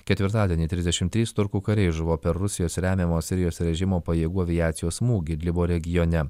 ketvirtadienį trisdešimt trys turkų kariai žuvo per rusijos remiamos sirijos režimo pajėgų aviacijos smūgį idlibo regione